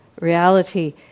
reality